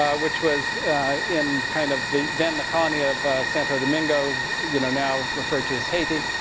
ah which was in kind of the, then the colony of santo domingo, you know, now referred to as haiti.